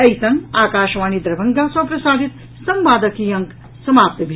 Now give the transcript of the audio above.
एहि संग आकाशवाणी दरभंगा सँ प्रसारित संवादक ई अंक समाप्त भेल